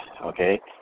okay